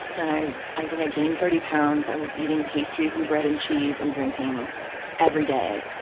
and i, i think i gained thirty pounds. i was eating pastries and bread and cheese and drinking every day,